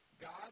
God